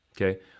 Okay